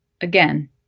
Again